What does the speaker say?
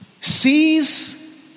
sees